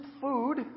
food